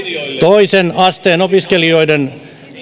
toisen asteen opiskelijoiden